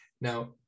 Now